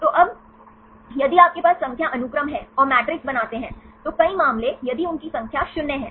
तो अब यदि आपके पास संख्या अनुक्रम हैं और मैट्रिक्स बनाते हैं तो कई मामले यदि उनकी संख्या 0 है